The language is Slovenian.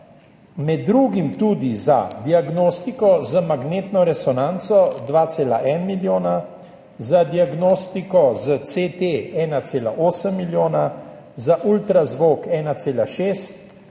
med drugim tudi za diagnostiko z magnetno resonanco 2,1 milijona, za diagnostiko s CT 1,8 milijona, za ultrazvok 1,6 milijona